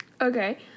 okay